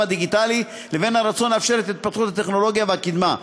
הדיגיטלי לבין הרצון לאפשר את ההתפתחות הטכנולוגית והקדמה.